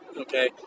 okay